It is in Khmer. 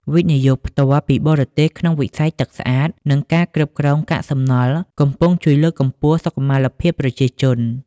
វិនិយោគផ្ទាល់ពីបរទេស ក្នុងវិស័យទឹកស្អាត និងការគ្រប់គ្រងកាកសំណល់ កំពុងជួយលើកកម្ពស់សុខុមាលភាពប្រជាជន។